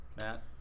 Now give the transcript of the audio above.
Matt